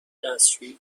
دستشویی